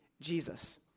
Jesus